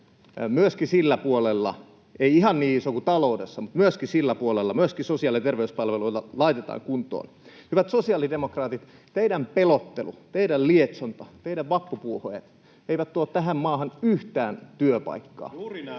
myöskin sillä puolella, ei ihan niin iso kuin ta-loudessa mutta myöskin sillä puolella, myöskin sosiaali- ja terveyspalveluita laitetaan kuntoon. Hyvät sosiaalidemokraatit, teidän pelottelunne, teidän lietsontanne, teidän vappupuheenne eivät tuo tähän maahan yhtään työpaikkaa, [Oikealta: